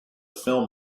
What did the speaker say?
film